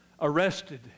Arrested